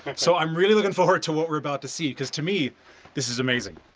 so i'm really looking forward to what we're about to see because to me this is amazing.